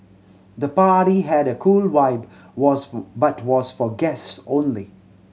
the party had a cool vibe was for but was for guests only